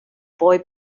boy